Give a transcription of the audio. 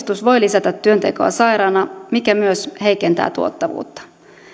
uudistus voi lisätä työntekoa sairaana mikä myös heikentää tuottavuutta